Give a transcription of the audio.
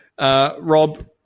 Rob